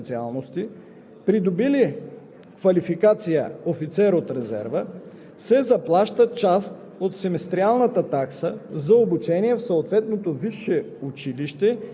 (8) На студентите, които се обучават за придобиване на образователно-квалификационна степен „бакалавър“ или „магистър“ по граждански специалности, придобили